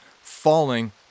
falling